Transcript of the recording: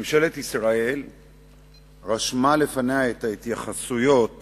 ממשלת ישראל רשמה לפניה את ההתייחסויות